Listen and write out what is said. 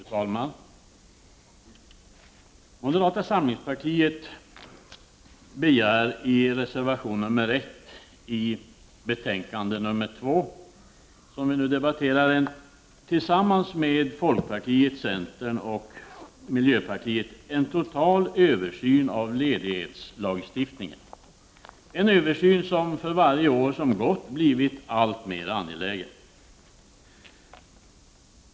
Fru talman! Moderata samlingspartiet begär i reservation 1 i arbetsmarknadsutskottets betänkande 2, som vi nu debatterar, tillsammans med folkpartiet, centern och miljöpartiet en total översyn av ledighetslagstiftningen, en översyn som för varje år som gått har blivit alltmer angelägen.